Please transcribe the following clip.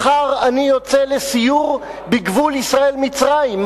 מחר אני יוצא לסיור בגבול ישראל מצרים.